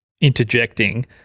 interjecting